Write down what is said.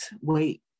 wait